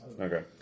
Okay